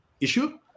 issue